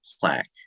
plaque